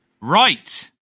Right